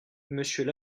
monsieur